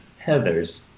Heathers